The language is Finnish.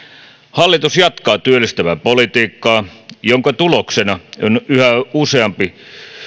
hallitus jatkaa työllistävää politiikkaa jonka tuloksena yhä useampi